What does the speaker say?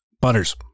butters